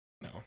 No